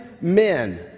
men